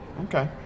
Okay